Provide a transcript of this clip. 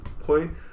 Point